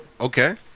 okay